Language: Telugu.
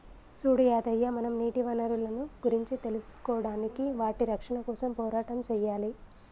సూడు యాదయ్య మనం నీటి వనరులను గురించి తెలుసుకోడానికి వాటి రక్షణ కోసం పోరాటం సెయ్యాలి